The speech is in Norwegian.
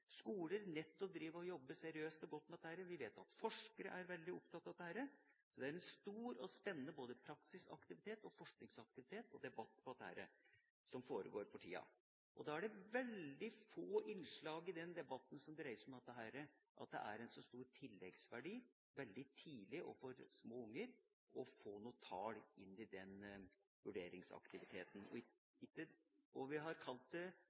seriøst og godt med dette. Vi vet at forskere er veldig opptatt av dette. Så det er en stor og spennende både praksisaktivitet, forskningsaktivitet og debatt om dette som foregår for tida. Det er veldig få innslag i den debatten som dreier seg om at det er en så stor tilleggsverdi for små unger veldig tidlig å få noen tall inn i denne vurderingsaktiviteten. Vi har fram til nå kalt det